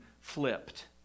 flipped